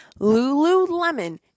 Lululemon